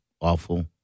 awful